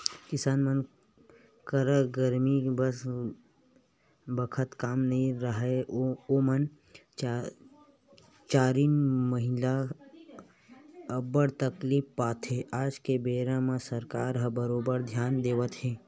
किसान मन करा गरमी बखत काम नइ राहय ओमन चारिन महिना अब्बड़ तकलीफ पाथे आज के बेरा म सरकार ह बरोबर धियान देवत हे